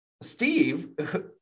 Steve